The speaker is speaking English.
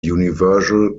universal